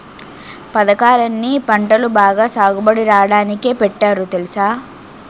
పదకాలన్నీ పంటలు బాగా సాగుబడి రాడానికే పెట్టారు తెలుసా?